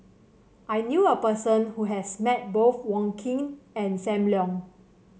I knew a person who has met both Wong Keen and Sam Leong